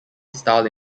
style